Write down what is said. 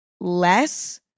less